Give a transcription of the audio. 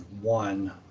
one